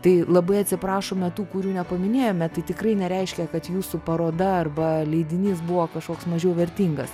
tai labai atsiprašome tų kurių nepaminėjome tai tikrai nereiškia kad jūsų paroda arba leidinys buvo kažkoks mažiau vertingas